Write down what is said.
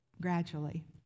gradually